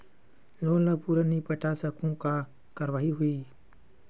Loan ला पूरा नई पटा सकहुं का कारवाही होही?